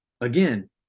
again